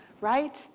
right